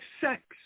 sex